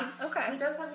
okay